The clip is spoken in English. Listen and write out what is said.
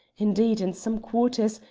indeed, in some quarters,